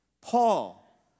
Paul